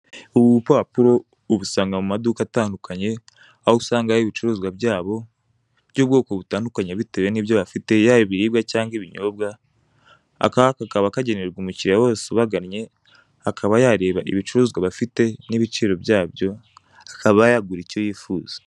Ubu bupapuro ubusamga mu maduka atandukanye aho usangaho ibicuruzwa by'ubwoko butandukanye bitewe n'ibyo bafite yaba ibiribwa cyangwa ibinyobwa aka kakaba kagenerwa umukiriya wese ubagannye akaba yareba ibicuruzwa bafite n'ibiciro byabyo akaba yagura icyo yifuza.